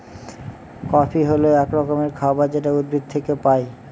coffee হল এক রকমের খাবার যেটা উদ্ভিদ থেকে পায়